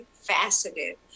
Faceted